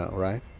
right?